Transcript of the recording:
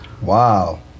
Wow